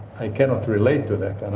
i cannot relate to that and